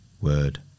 word